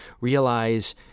realize